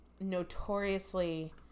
notoriously